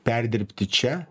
perdirbti čia